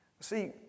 See